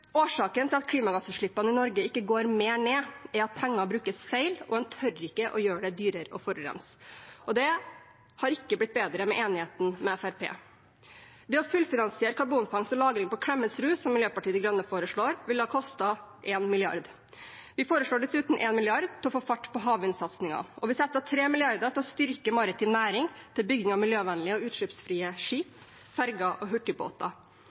Årsaken til at klimagassutslippene i Norge ikke går mer ned, er at penger brukes feil, og en tør ikke å gjøre det dyrere å forurense. Det har ikke blitt bedre med enigheten med Fremskrittspartiet. Det å fullfinansiere karbonfangst og -lagring på Klemetsrud, som Miljøpartiet De Grønne foreslår, ville ha kostet 1 mrd. kr. Vi foreslår dessuten 1 mrd. kr for å få fart på havvindsatsingen. Vi setter av 3 mrd. kr til å styrke maritim næring, til bygging av miljøvennlige og utslippsfrie skip, ferjer og hurtigbåter.